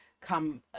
Come